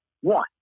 One